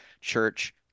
church